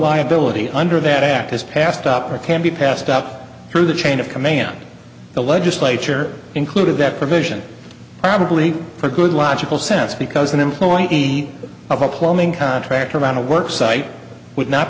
liability under that act is passed up or can be passed up through the chain of command the legislature included that provision probably for good logical sense because an employee of a plumbing contractor around a work site would not